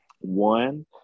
One